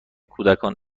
کودکان